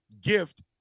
gift